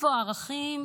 איפה הערכים